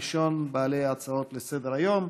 ראשון בעלי ההצעות לסדר-היום.